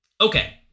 Okay